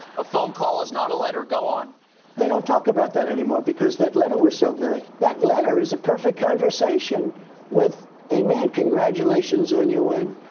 a phone call is not a letter. go on they don't talk about that anymore, because that letter was so good. that letter is a perfect conversation with a man congratulations on your win.